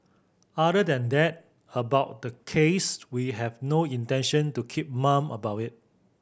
other than that about the case we have no intention to keep mum about it